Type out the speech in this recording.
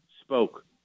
spoke